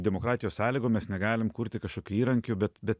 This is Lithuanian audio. demokratijos sąlygom mes negalim kurti kažkokių įrankių bet bet